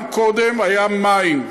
גם קודם היו מים.